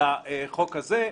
לחוק הזה.